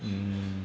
mm